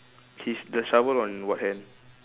his the shovel on what hand